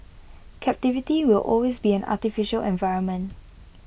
captivity will always be an artificial environment